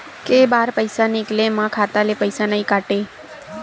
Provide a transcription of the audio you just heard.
के बार पईसा निकले मा खाता ले पईसा नई काटे?